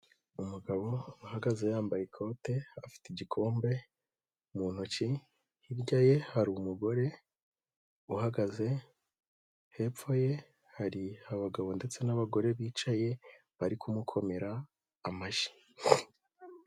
Umugabo uhagaze yambaye ikote afite igikombe, mu ntoke. Hirya ye hari umugore uhagaze. Hepfo ye hari abagabo ndetse n'abagore bicaye, bari kumukomera amashyi.